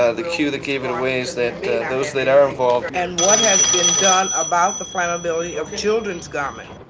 ah the cue that gave it away is that those that are involved. and what has about the flammability of children's garments?